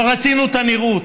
אבל רצינו את הנראות.